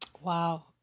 Wow